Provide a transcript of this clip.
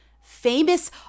famous